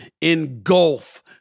engulf